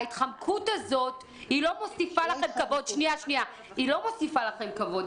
ההתחמקות הזאת לא מוסיפה לכם כבוד.